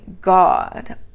god